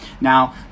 now